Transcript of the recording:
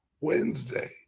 Wednesday